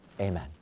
amen